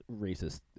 racist